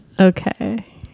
Okay